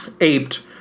aped